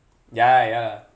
ya ya lah